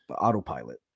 autopilot